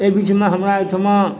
एहि बीचमे हमरा एहिठाम